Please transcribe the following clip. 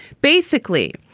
basically,